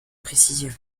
précision